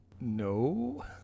No